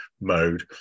mode